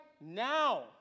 now